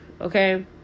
okay